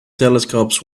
telescopes